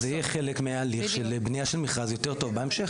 זה יהיה חלק מהליך של בנייה של מכרז יותר טוב בהמשך.